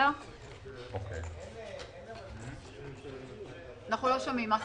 אין פרסומים של